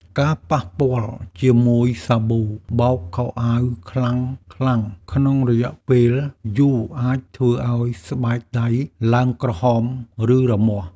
ការប៉ះពាល់ជាមួយសាប៊ូបោកខោអាវខ្លាំងៗក្នុងរយៈពេលយូរអាចធ្វើឱ្យស្បែកដៃឡើងក្រហម ឬរមាស់។